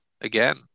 again